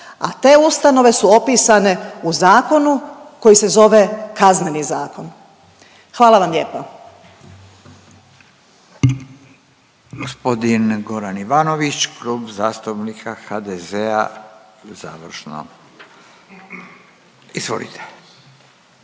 a te ustanove su opisane u zakonu koji se zove Kazneni zakon, hvala vam lijepo.